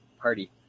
Party